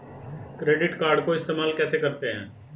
Credit card को इस्तेमाल कैसे करते हैं?